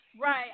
Right